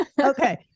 Okay